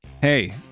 hey